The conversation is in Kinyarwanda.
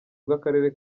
bw’akarere